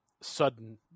sudden